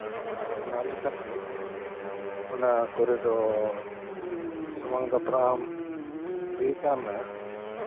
ᱟᱨ ᱚᱱᱟ ᱞᱮᱠᱟᱛᱮ ᱚᱱᱟ ᱠᱚᱨᱮ ᱫᱚ ᱥᱟᱢᱟᱝ ᱫᱟᱯᱨᱟᱢ ᱦᱩᱭ ᱠᱟᱱᱟ